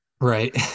Right